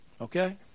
okay